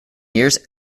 years